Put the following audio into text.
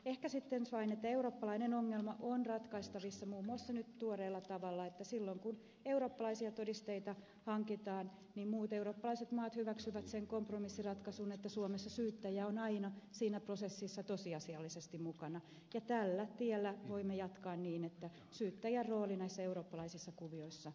ehkä sitten vain että eurooppalainen ongelma on ratkaistavissa nyt muun muassa tuoreella tavalla että silloin kun eurooppalaisia todisteita hankitaan muut eurooppalaiset maat hyväksyvät sen kompromissiratkaisun että suomessa syyttäjä on aina siinä prosessissa tosiasiallisesti mukana ja tällä tiellä voimme jatkaa niin että syyttäjän rooli näissä eurooppalaisissa kuvioissa on vahva